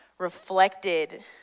reflected